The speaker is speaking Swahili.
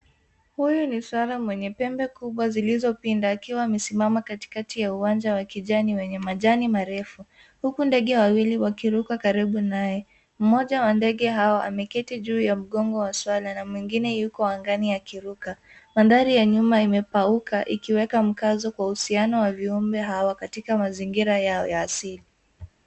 Huyu ni swara mwenye pembe kubwa zilizopinda akiwa amesimama katikati ya uwanja wa kijani wenye majani marefu huku ndege wawili wakiruka karibu naye. Mmoja wa ndege hao ameketi juu ya mgongo wa swara na mwingine yuko angani akiruka. Mandhari ya nyuma imekauka ikiweka mkazo kwa uhusiano wa viumbe hawa katika mazingira yao ya asili.